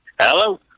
Hello